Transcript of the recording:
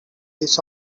this